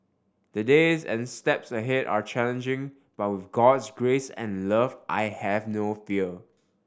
the days and steps ahead are challenging but with God's grace and love I have no fear